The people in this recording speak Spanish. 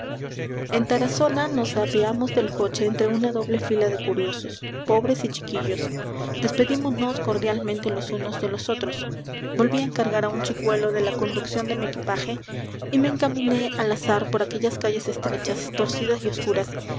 en tarazona nos apeamos del coche entre una doble fila de curiosos pobres y chiquillos despedímonos cordialmente los unos de los otros volví á encargar á un chicuelo de la conducción de mi equipaje y me encaminé al azar por aquellas calles estrechas torcidas y oscuras